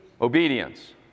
Obedience